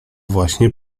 właśnie